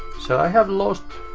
so i have lost